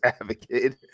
advocate